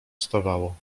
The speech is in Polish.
stawało